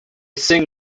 sing